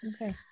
okay